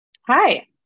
Hi